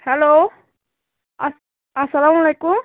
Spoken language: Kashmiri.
ہیٚلو اَس اَسلام علیکُم